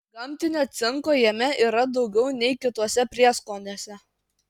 gamtinio cinko jame yra daugiau nei kituose prieskoniuose